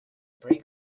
brake